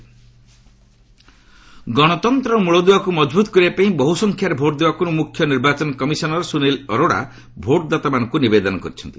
CEC voters appeal ଗଣତନ୍ତ୍ରର ମୂଳଦୁଆକୁ ମଜବୁତ୍ କରିବାପାଇଁ ବହୁସଂଖ୍ୟାରେ ଭୋଟ୍ ଦେବାକୁ ମୁଖ୍ୟ ନିର୍ବାଚନ କମିଶନର୍ ସୁନିଲ୍ ଅରୋଡା ଭୋଟ୍ଦାତାମାନଙ୍କୁ ନିବେଦନ କରିଛନ୍ତି